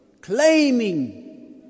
claiming